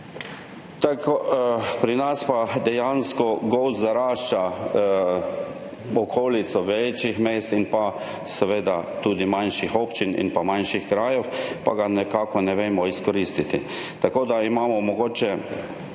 Pri nas pa dejansko gozd zarašča okolico večjih mest, seveda tudi manjših občin in manjših krajev, ker ga ne znamo izkoristiti. Tako imamo mogoče